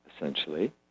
essentially